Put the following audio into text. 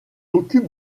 occupe